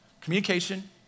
Communication